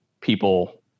people